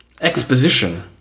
Exposition